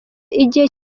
igihe